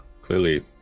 Clearly